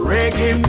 Reggae